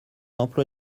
emploi